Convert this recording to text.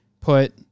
put